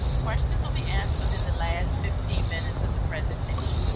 questions will be answered within the last fifteen minutes of the presentation.